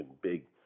big